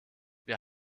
wir